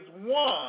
one